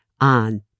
on